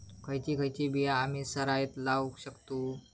खयची खयची बिया आम्ही सरायत लावक शकतु?